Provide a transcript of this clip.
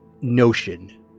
notion